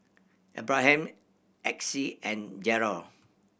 Abraham Exie and Jerrel